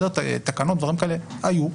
תקנות ודברים כאלה היו.